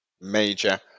Major